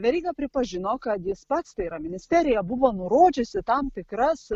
veryga pripažino kad jis pats tai yra ministerija buvo nurodžiusi tam tikras